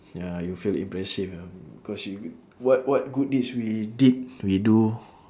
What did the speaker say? ya you'll feel impressive ya because you what what good deeds we did we do